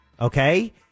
Okay